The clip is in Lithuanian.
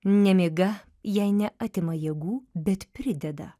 nemiga jai neatima jėgų bet prideda